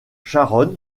sharon